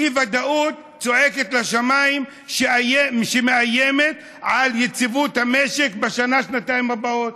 אי-ודאות צועקת לשמיים שמאיימת על יציבות המשק בשנה-שנתיים הבאות,